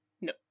No